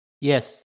Yes